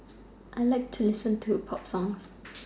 I like to listen to pop songs